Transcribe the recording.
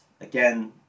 again